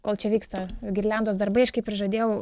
kol čia vyksta girliandos darbai aš kaip ir žadėjau